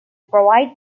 provide